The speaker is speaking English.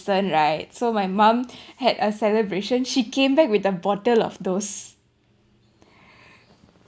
recent right so my mum had a celebration she came back with a bottle of those